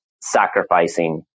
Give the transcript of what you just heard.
sacrificing